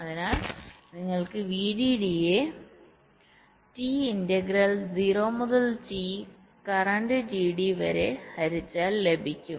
അതിനാൽ നിങ്ങൾക്ക് വിഡിഡിയെ ടി ഇന്റഗ്രൽ 0 മുതൽ ടി കറന്റ് ഡിടി വരെ ഹരിച്ചാൽ ലഭിക്കും